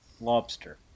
lobster